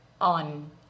on